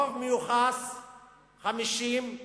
רוב מיוחס 50,